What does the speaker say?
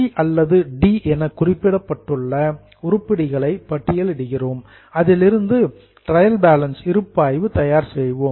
C அல்லது D என குறிப்பிட்டுள்ள உருப்படிகளை பட்டியலிடுகிறோம் அதிலிருந்து ட்ரையல் பேலன்ஸ் இருப்பாய்வு தயார் செய்வோம்